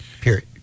Period